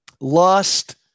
Lust